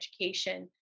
education